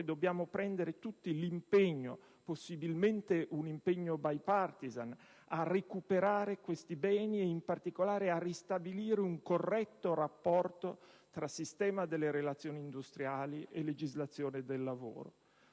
dobbiamo assumere l'impegno, un impegno possibilmente *bipartisan*, a recuperare questi beni ed, in particolare, a ristabilire un corretto rapporto tra sistema delle relazioni industriali e legislazione del lavoro.